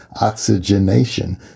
oxygenation